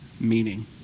meaning